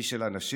איש של אנשים,